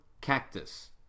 cactus